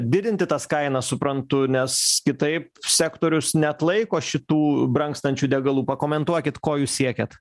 didinti tas kainas suprantu nes kitaip sektorius neatlaiko šitų brangstančių degalų pakomentuokit ko jūs siekiat